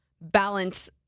balance